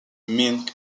min